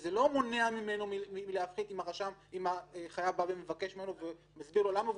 שזה לא מונע ממנו להפחית אם החייב בא ומבקש ממנו ומסביר לו למה,